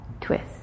twist